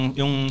yung